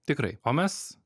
tikrai o mes